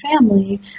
family